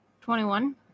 twenty-one